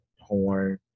Horn